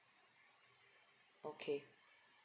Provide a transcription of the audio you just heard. okay